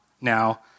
now